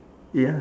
ya